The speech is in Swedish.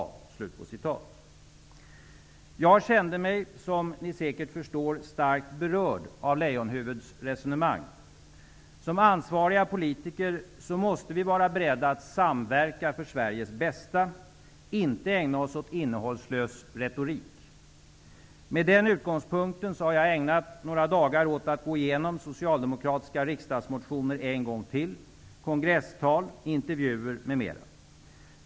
Jag kände mig, som ni säkert förstår, starkt berörd av Leijonhuvuds resonemang. Som ansvariga politiker måste vi vara beredda att samverka för Sveriges bästa, inte ägna oss åt innehållslös retorik. Med den utgångspunkten har jag ägnat några dagar åt att gå igenom socialdemokratiska riksdagsmotioner en gång till. Det gäller också kongresstal, intervjuer m.m.